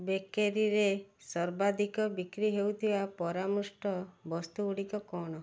ବେକେରୀରେ ସର୍ବାଧିକ ବିକ୍ରି ହେଉଥିବା ପରାମୃଷ୍ଟ ବସ୍ତୁଗୁଡ଼ିକ କଣ